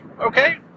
Okay